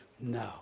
No